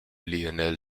lionel